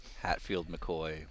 Hatfield-McCoy